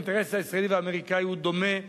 האינטרס הישראלי והאמריקני הוא דומה,